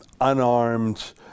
unarmed